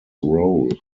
role